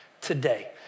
today